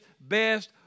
best